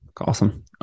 Awesome